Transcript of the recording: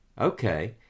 okay